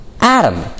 Adam